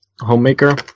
homemaker